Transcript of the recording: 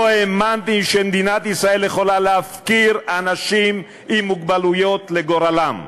לא האמנתי שמדינת ישראל יכולה להפקיר אנשים עם מוגבלויות לגורלם.